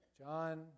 John